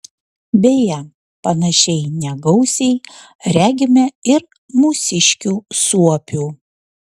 beje panašiai negausiai regime ir mūsiškių suopių